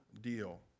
deal